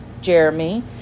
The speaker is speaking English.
Jeremy